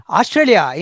Australia